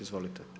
Izvolite.